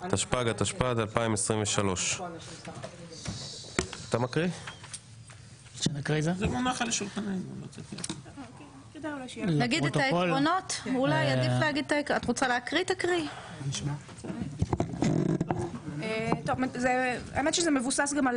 התשפ"ג/התשפ"ד 2023. האמת שזה מבוסס גם על